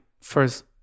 first